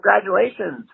congratulations